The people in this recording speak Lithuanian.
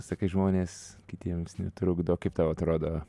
sakai žmonės kitiems netrukdo kaip tau atrodo